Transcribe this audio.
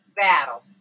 battle